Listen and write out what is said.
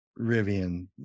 Rivian